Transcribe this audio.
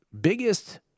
biggest